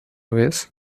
vez